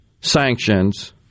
sanctions